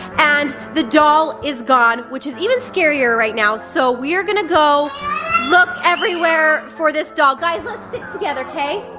and the doll is gone, which is even scarier right now, so we're gonna go look everywhere for this doll. guys let's stick together, kay?